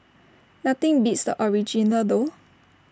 nothing beats the original though